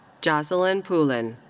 joselyn poulin.